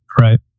Right